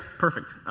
perfect.